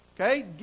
Okay